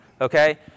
okay